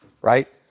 right